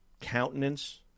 countenance